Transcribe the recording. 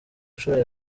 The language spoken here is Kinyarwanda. nshuro